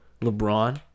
lebron